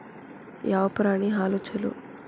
ಯಾವ ಪ್ರಾಣಿ ಹಾಲು ಛಲೋ?